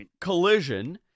collision